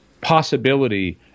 possibility